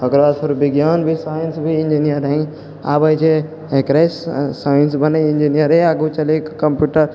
ओकर बाद फिर विज्ञान भी साइन्स भी इन्जिनियर ही आबै छै एकरेसँ साइन्स बनैए इन्जिनियर ही आगू चलिके कम्प्यूटर